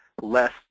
less